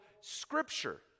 scripture